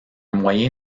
moyen